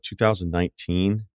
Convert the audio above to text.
2019